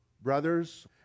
brothers